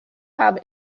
have